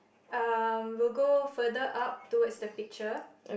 um we'll go further up towards the picture